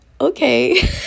okay